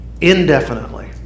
indefinitely